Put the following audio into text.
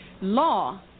Law